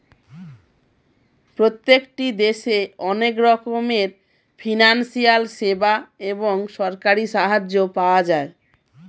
প্রত্যেকটি দেশে অনেক রকমের ফিনান্সিয়াল সেবা এবং সরকারি সাহায্য পাওয়া যায়